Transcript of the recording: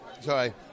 sorry